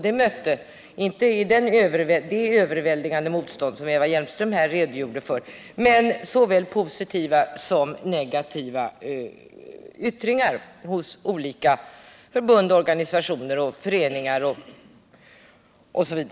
Det mötte inte ett så överväldigande motstånd som Eva Hjelmström redogjorde för men såväl positiva som negativa yttringar från olika förbund, organisationer och föreningar.